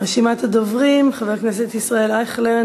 רשימת הדוברים: חבר הכנסת ישראל אייכלר,